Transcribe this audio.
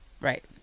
right